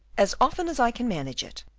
as often as i can manage it.